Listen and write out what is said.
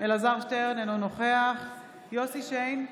אלעזר שטרן, אינו נוכח יוסף שיין,